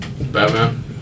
Batman